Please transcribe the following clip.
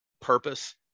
purpose